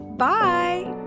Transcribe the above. Bye